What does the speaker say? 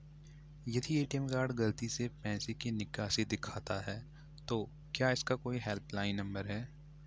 यदि ATM card गलती से पैसे की निकासी दिखाता है तो क्या इसका कोई हेल्प लाइन नम्बर है?